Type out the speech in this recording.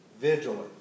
vigilant